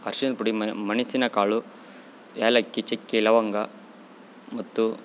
ಅರ್ಶಿಣ ಪುಡಿ ಮೆಣಿಸಿನ ಕಾಳು ಏಲಕ್ಕಿ ಚಕ್ಕೆ ಲವಂಗ ಮತ್ತು